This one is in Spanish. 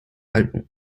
álbum